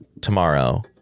tomorrow